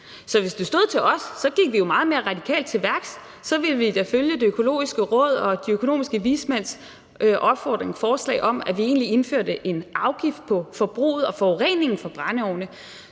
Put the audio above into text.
Så hvis det stod til os, gik vi jo meget mere radikalt til værks; så ville vi da følge Rådet for Grøn Omstillings og de økonomiske vismænds forslag om, at vi egentlig indførte en afgift på forbruget og på forureningen fra brændeovne,